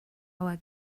hour